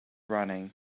running